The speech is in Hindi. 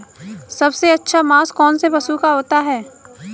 सबसे अच्छा मांस कौनसे पशु का होता है?